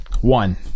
One